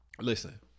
Listen